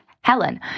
Helen